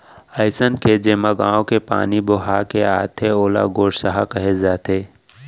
अइसन खेत जेमा गॉंव के पानी बोहा के आथे ओला गोरसहा कहे जाथे